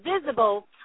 visible